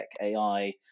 AI